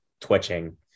twitching